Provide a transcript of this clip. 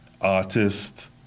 artist